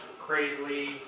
crazily